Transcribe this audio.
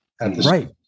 Right